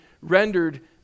rendered